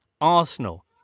Arsenal